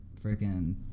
freaking